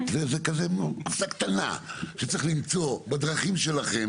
זו קופסה קטנה שצריך למצוא בדרכים שלכם,